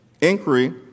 inquiry